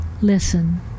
Listen